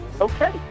Okay